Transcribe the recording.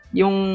yung